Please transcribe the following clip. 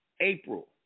April